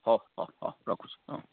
ହଉ ହଉ ହଉ ରଖୁଛି ହଁ